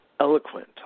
eloquent